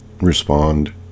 respond